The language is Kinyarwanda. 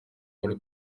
muri